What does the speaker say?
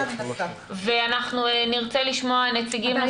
ואנחנו נרצה לשמוע נציגים נוספים.